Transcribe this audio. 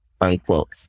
unquote